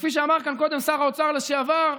וכפי שאמר כאן קודם שר האוצר לשעבר,